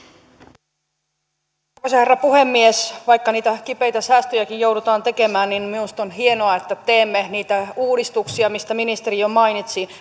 arvoisa herra puhemies vaikka niitä kipeitä säästöjäkin joudutaan tekemään niin minusta on hienoa että teemme niitä uudistuksia joista ministeri jo mainitsi